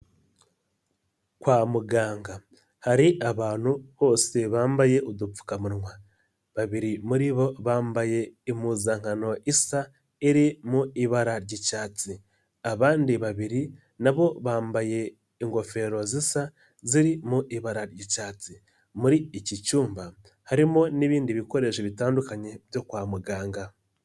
Kwa muganga hari abantu bose bambaye udupfukamunwa, babiri muri bo bambaye impuzankano isa iri mu ibara ry'icyatsi, abandi babiri nabo bambaye ingofero zisa ziri mu ibara ry'icyatsi, muri iki cyumba harimo n'ibindi bikoresho bitandukanye byo kwa muganga.